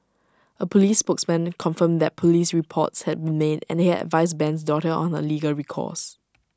A Police spokesman confirmed that Police reports had been made and they had advised Ben's daughter on her legal recourse